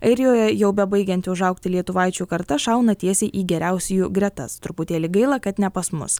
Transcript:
airijoje jau bebaigianti užaugti lietuvaičių karta šauna tiesiai į geriausiųjų gretas truputėlį gaila kad ne pas mus